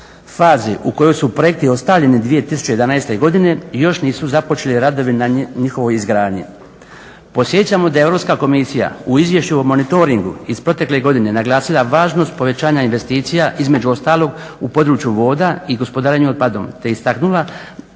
fazi u kojoj su projekti ostavljeni 2011. Godine još nisu započeli radovi na njihovoj izgradnji. Podsjećamo da je Europska komisija u izvješću o Monitoringu iz protekle godine naglasila važnost povećanja investicija između ostalog u području voda i gospodarenje otpadom te istaknula da